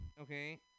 okay